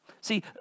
See